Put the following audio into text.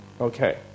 Okay